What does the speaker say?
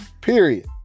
period